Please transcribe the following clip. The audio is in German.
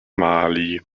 mali